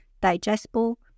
digestible